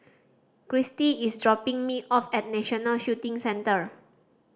Cristy is dropping me off at National Shooting Centre